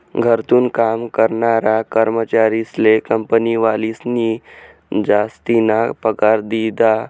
घरथून काम करनारा कर्मचारीस्ले कंपनीवालास्नी जासतीना पगार दिधा